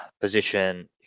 position